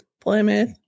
plymouth